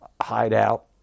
hideout